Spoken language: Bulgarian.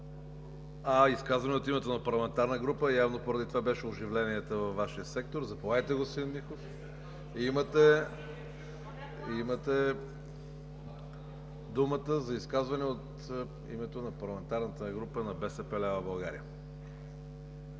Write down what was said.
Изказване от името на Парламентарна група – явно поради това беше оживлението във Вашия сектор. Заповядайте, господин Миков. Имате думата за изказване от името на Парламентарната група на БСП лява България.